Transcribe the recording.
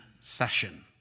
session